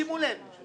שמו לב,